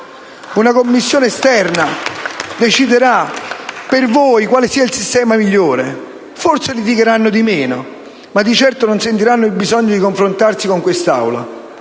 commissione esterna deciderà per voi quale sia il sistema migliore; forse litigheranno di meno, ma di certo non sentiranno il bisogno di confrontarsi con questa